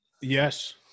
Yes